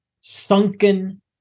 sunken